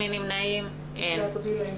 הצבעה בעד, 2 נגד, אין אושר.